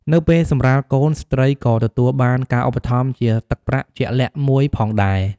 នៅពេលសម្រាលកូន ស្ត្រីក៏ទទួលបានការឧបត្ថម្ភជាទឹកប្រាក់ជាក់លាក់មួយផងដែរ។